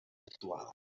actual